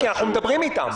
כי אנחנו מדברים אתם.